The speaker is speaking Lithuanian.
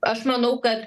aš manau kad